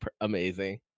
amazing